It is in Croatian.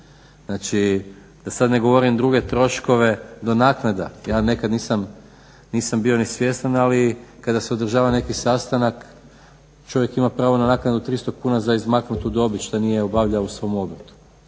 da sada ne govorim druge troškove do naknada. Ja nekada nisam bio ni svjestan ali kada se održava neki sastanak čovjek ima pravo na naknadu 300 kuna za izmaknut tu dobit što nije obavljao u svom obrtu.